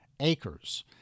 Acres